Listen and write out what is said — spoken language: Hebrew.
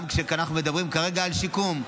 אנחנו מדברים כרגע על שיקום,